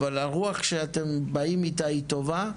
אבל הרוח שאתם באים איתה היא טובה,